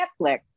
Netflix